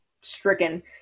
stricken